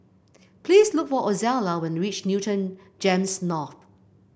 please look for Ozella when you reach Newton Gems North